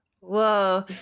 Whoa